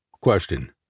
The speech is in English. Question